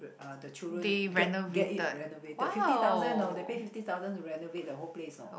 uh the children get get it renovated fifty thousand you know they pay fifty thousand to renovate the whole place know